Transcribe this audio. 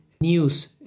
news